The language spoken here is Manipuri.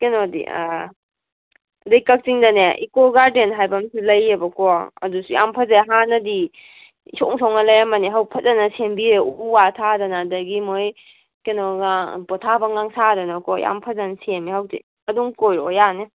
ꯀꯩꯅꯣꯗꯤ ꯑꯗꯩ ꯀꯛꯆꯤꯡꯗꯅꯦ ꯏꯀꯣ ꯒꯥꯔꯗꯦꯟ ꯍꯥꯏꯕ ꯑꯝꯁꯨ ꯂꯩꯌꯦꯕꯀꯣ ꯑꯗꯨꯁꯨ ꯌꯥꯝ ꯐꯖꯩ ꯍꯥꯟꯅꯗꯤ ꯏꯁꯣꯡ ꯁꯣꯡꯉ ꯂꯩꯔꯝꯕꯅꯦ ꯍꯧꯖꯤꯛ ꯐꯖꯅ ꯁꯦꯝꯕꯤꯔꯦ ꯎ ꯋꯥ ꯊꯥꯗꯅ ꯑꯗꯒꯤ ꯃꯣꯏ ꯀꯩꯅꯣꯒ ꯄꯣꯊꯥꯐꯝꯒ ꯁꯥꯗꯅꯀꯣ ꯌꯥꯝ ꯐꯖꯅ ꯁꯦꯝꯃꯦ ꯍꯧꯖꯤꯛ ꯑꯗꯨꯝ ꯀꯣꯏꯔꯣꯛꯑꯣ ꯌꯥꯅꯤ